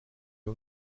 wir